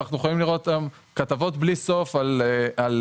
ואנחנו יכולים לראות היום כתבות בלי סוף על נכסים